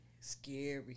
Scary